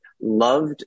loved